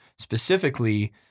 specifically